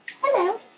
Hello